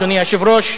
אדוני היושב-ראש,